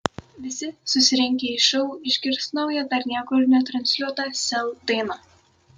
visi susirinkę į šou išgirs naują dar niekur netransliuotą sel dainą